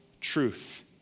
truth